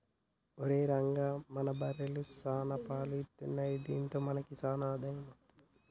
ఒరేయ్ రంగా మన బర్రెలు సాన పాలు ఇత్తున్నయ్ దాంతో మనకి సాన ఆదాయం అత్తది